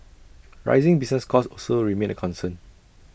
rising business costs also remain A concern